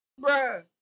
Bruh